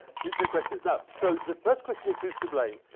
two two questions. no. so, the first question is who's to blame?